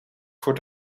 voor